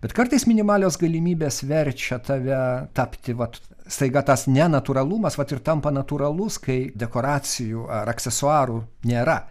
bet kartais minimalios galimybės verčia tave tapti vat staiga tas nenatūralumas vat ir tampa natūralus kai dekoracijų ar aksesuarų nėra